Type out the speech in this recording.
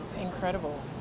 incredible